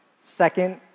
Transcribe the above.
Second